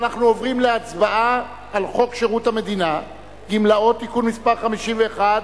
אנחנו עוברים להצבעה על חוק שירות המדינה (גמלאות) (תיקון מס' 51),